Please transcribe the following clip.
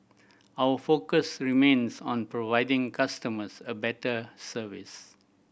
our focus remains on providing customers a better service